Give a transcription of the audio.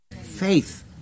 faith